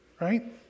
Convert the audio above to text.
right